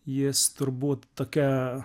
jis turbūt tokia